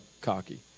cocky